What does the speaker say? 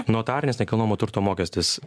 notarinis nekilnojamo turto mokestis